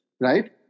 right